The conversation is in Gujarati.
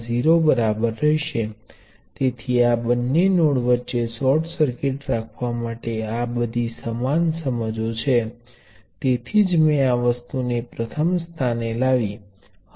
જો તમે અન્ય એલિમેન્ટો લો છો તો તમે રેઝિસ્ટર નું સિરીઝ કનેક્શન લો છો તો પરિણામ ચોક્કસપણે એક રેઝિસ્ટર છે જેનું મૂલ્ય વ્યક્તિગત અવરોધ નો સરવાળો છે